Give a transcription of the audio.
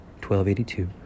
1282